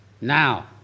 Now